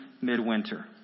midwinter